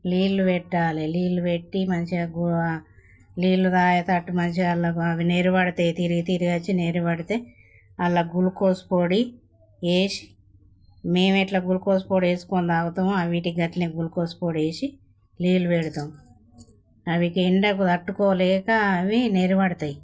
నీళ్లు పెట్టాలి నీళ్లు పెట్టి మంచిగా నీళ్లు తాగేటట్లు మంచిగా వాళ్ళ అవి నెరబడితాయి తిరిగి తిరిగి వచ్చి నెరబడితే అందులో గ్లూకోజ్ పొడి వేసి మేము ఎట్లా గ్లూకోజ్ పొడి వేసుకొని తాగుతామో అవి వాటికి అట్లనే గ్లూకోజ్ పొడి వేసి నీళ్ళు పెడతాము అవి ఎండకు తట్టుకోలేక అవి నెరబడతాయి